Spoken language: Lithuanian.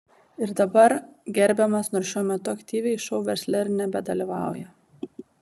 ir dabar gerbiamas nors šiuo metu aktyviai šou versle ir nebedalyvauja